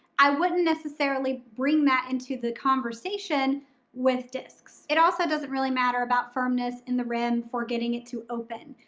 i wouldn't necessarily bring that into the conversation with discs. it also doesn't really matter about firmness in the rim for getting it to open,